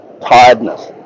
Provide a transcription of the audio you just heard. tiredness